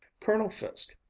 colonel fiske,